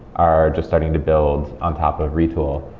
are just starting to build on top of retool.